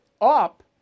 up